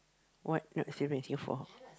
what not she waiting for